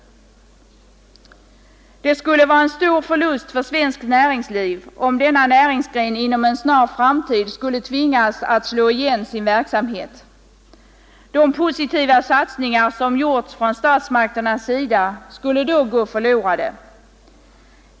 Det skulle vara en stor förlust för svenskt näringsliv, om denna näringsgren inom en snar framtid skulle tvingas att slå igen sin verksamhet. De positiva satsningar som gjorts från statsmakternas sida skulle då gå förlorade.